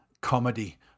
comedy